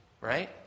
right